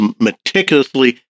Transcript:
meticulously